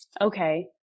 okay